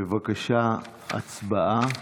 בבקשה, הצבעה.